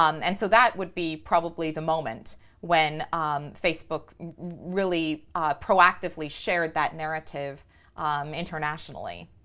um and so that would be probably the moment when facebook really proactively shared that narrative internationally.